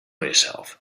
yourself